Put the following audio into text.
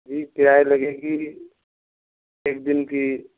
جی کرایہ لگے گی ایک دن کی